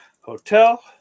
Hotel